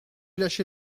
lâcher